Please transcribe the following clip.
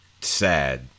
sad